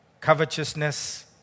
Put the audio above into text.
covetousness